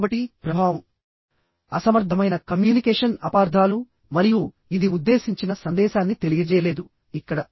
కాబట్టి ప్రభావం అసమర్థమైన కమ్యూనికేషన్ అపార్థాలు మరియు ఇది ఉద్దేశించిన సందేశాన్ని తెలియజేయలేదు ఇక్కడ